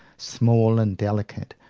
small and delicate,